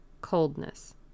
coldness